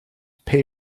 pay